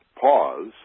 Pause